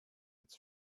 its